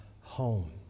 home